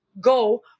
go